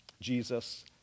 Jesus